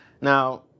Now